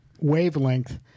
wavelength